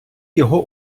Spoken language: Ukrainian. його